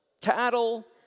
cattle